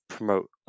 promote